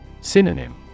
Synonym